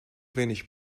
wenig